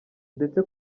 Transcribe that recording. ndetse